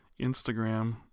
Instagram